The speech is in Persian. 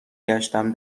گشتم